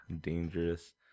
dangerous